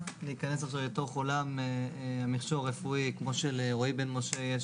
נניח שבעולם של קאפ ישן, יש